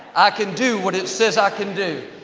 i can do what it says i can do.